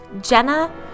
Jenna